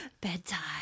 bedtime